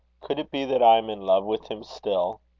could it be that i am in love with him still?